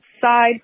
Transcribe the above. side